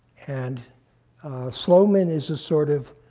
and sloman is a sort of